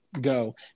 go